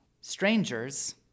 strangers